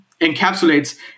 encapsulates